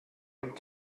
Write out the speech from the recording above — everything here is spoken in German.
und